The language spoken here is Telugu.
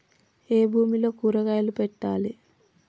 ఏ భూమిలో కూరగాయలు పెట్టాలి?